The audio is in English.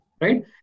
right